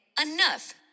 enough